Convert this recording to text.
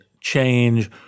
change